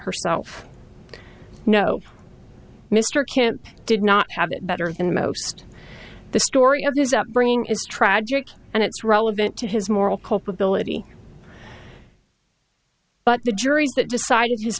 herself no mr kant did not have it better than most the story of his upbringing is tragic and it's relevant to his moral culpability but the jury that decided